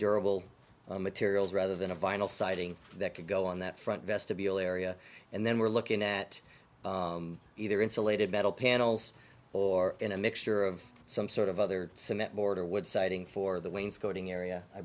durable materials rather than a vinyl siding that could go on that front vestibule area and then we're looking at either insulated metal panels or in a mixture of some sort of other